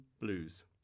Blues